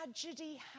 tragedy